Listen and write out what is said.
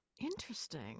Interesting